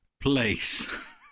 place